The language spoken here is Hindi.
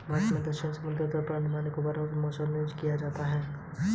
भारत में दक्षिणी समुद्री तट और अंडमान निकोबार मे मोलस्का ज्यादा मिलती है